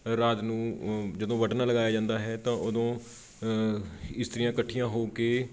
ਰਾਤ ਨੂੰ ਜਦੋਂ ਵੱਟਨਾ ਲਗਾਇਆ ਜਾਂਦਾ ਹੈ ਤਾਂ ਉਦੋਂ ਇਸਤਰੀਆਂ ਇਕੱਠੀਆਂ ਹੋ ਕੇ